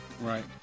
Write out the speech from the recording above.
right